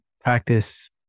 practice